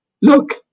Look